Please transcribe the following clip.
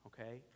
okay